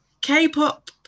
k-pop